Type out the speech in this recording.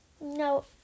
No